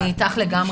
אני איתך לגמרי.